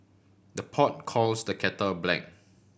the pot calls the kettle black